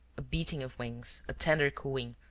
a beating of wings, a tender cooing,